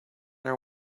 our